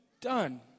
done